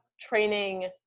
training